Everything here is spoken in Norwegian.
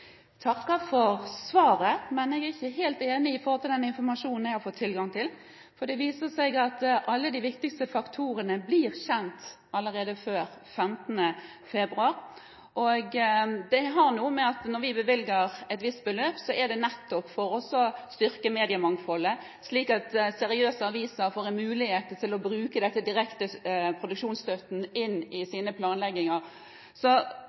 for det viser seg at alle de viktigste faktorene blir kjent allerede før 15. februar. Dette har noe å gjøre med at når vi bevilger et visst beløp, er det nettopp for å styrke mediemangfoldet, slik at seriøse aviser får en mulighet til å bruke produksjonsstøtten inn i